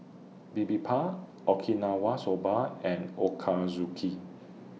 Bibimbap Okinawa Soba and Ochazuke